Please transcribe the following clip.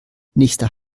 nächster